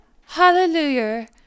Hallelujah